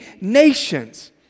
nations